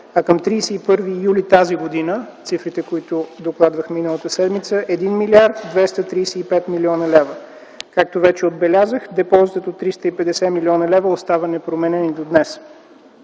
а към 31 юли тази година (цифрите, които докладвах миналата седмица) – 1 млрд. 235 млн. лв. Както вече отбелязах, депозитът от 350 млн. лв. остава непроменен и до днес.